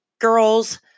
girls